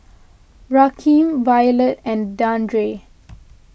Rakeem Violet and Dandre